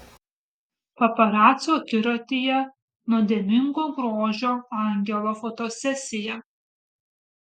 paparacių akiratyje nuodėmingo grožio angelo fotosesija